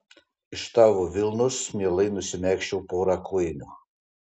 iš tavo vilnos mielai nusimegzčiau porą kojinių